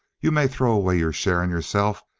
you may throw away your share in yourself.